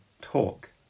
talk